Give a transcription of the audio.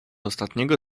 ostatniego